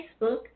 Facebook